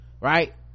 right